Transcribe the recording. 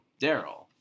Daryl